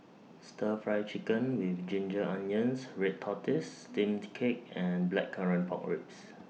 Stir Fry Chicken with Ginger Onions Red Tortoise Steamed Cake and Blackcurrant Pork Ribs